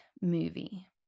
movie